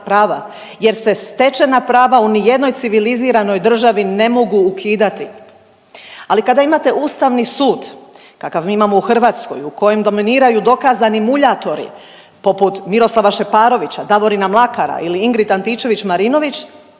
prava jer se stečena prava u nijednoj civiliziranoj državi ne mogu ukidati. Ali kada imate Ustavni sud kakav mi imamo u Hrvatskoj u kojem dominiraju dokazani muljatori poput Miroslava Šeparovića, Davorina Mlakara ili Ingrid Antičević Marinović